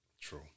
True